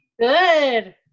good